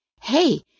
Hey